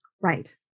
Right